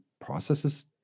processes